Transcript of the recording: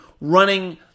running